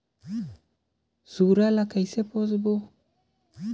सुअर ला कइसे पोसबो?